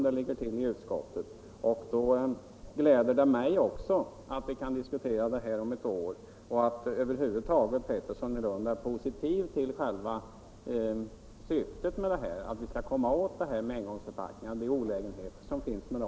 Därför gläder det också mig att vi kan diskutera frågan igen om ett år och att herr Pettersson är positiv till själva syftet, att vi skall komma åt olägenheterna med engångsförpackningarna.